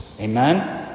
Amen